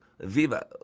Viva